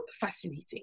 fascinating